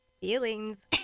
feelings